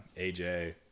AJ